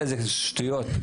זה שטויות.